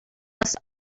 must